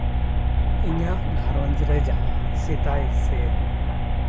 ᱤᱧᱟᱹᱜ ᱜᱷᱟᱨᱚᱸᱡᱽ ᱨᱮ ᱡᱟᱦᱟᱸ ᱥᱮᱫᱟᱭ ᱥᱮ